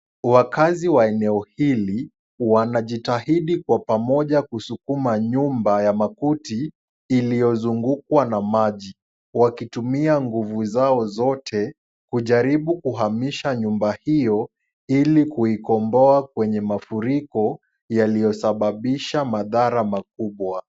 Wakazi wa eneo hili, wanajitahidi kwa pamoja kusukuma nyumba ya makuti, iliozungukwa na maji, wakitumia nguzu zao zote kujaribu kuhamisha nyumba hiyo, ili kuikomboa kwenye mafuriko, yaliyosababisha madhara makubwa.